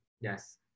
yes